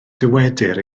dywedir